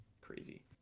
crazy